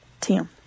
Tim